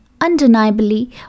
undeniably